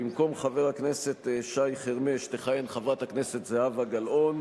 במקום חבר הכנסת שי חרמש תכהן חברת הכנסת זהבה גלאון,